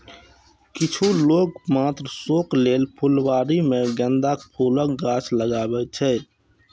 किछु लोक मात्र शौक लेल फुलबाड़ी मे गेंदाक फूलक गाछ लगबै छै